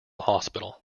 hospital